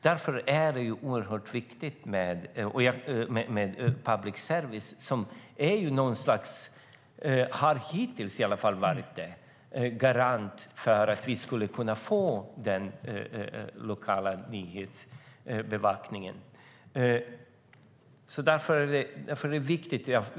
Därför är det oerhört viktigt med public service, som i alla fall hittills har varit en garant för att vi ska få den lokala nyhetsbevakningen.